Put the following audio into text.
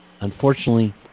Unfortunately